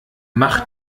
mach